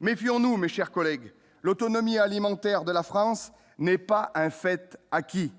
méfions-nous, mes chers collègues, l'autonomie alimentaire de la France n'est pas un fait acquis,